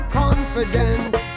confident